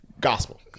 Gospel